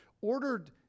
ordered